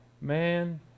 man